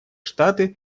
штаты